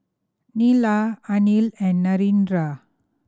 Neila Anil and Narendra